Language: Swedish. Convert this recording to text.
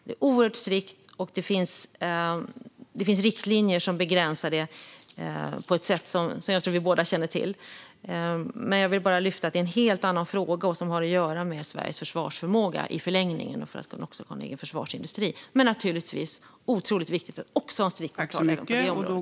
Det är oerhört strikt, och det finns riktlinjer som begränsar det på ett sätt som jag tror att vi båda känner till. Jag vill bara lyfta att det är en helt annan fråga, som i förlängningen har att göra med Sveriges försvarsförmåga och att vi ska kunna ha en egen försvarsindustri. Men det är naturligtvis otroligt viktigt att ha strikta regler även på detta område.